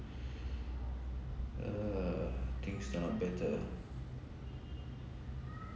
err things turn out better